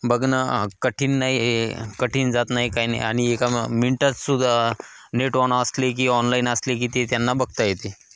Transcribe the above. बघणं कठीण नाही कठीण जात नाही काही ना आणि एका म मिनटातसुदा नेट वन असले की ऑनलाईन असले की ते त्यांना बघता येते